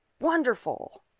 wonderful